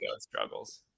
struggles